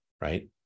right